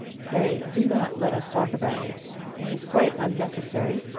pray do not let us talk about it. it is quite unnecessary.